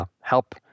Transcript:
help